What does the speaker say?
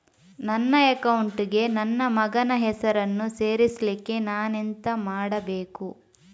ನನ್ನ ಅಕೌಂಟ್ ಗೆ ನನ್ನ ಮಗನ ಹೆಸರನ್ನು ಸೇರಿಸ್ಲಿಕ್ಕೆ ನಾನೆಂತ ಮಾಡಬೇಕು?